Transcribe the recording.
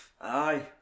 Aye